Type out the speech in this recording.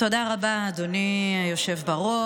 תודה רבה, אדוני היושב-ראש.